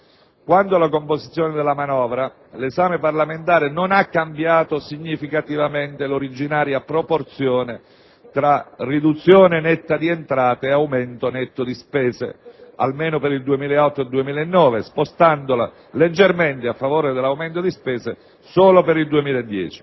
Quanto alla composizione della manovra, l'esame parlamentare non ha cambiato significativamente l'originaria proporzione tra riduzione netta di entrate e aumento netto di spese, almeno per il 2008 e il 2009, spostandola leggermente a favore dell'aumento di spese solo per il 2010.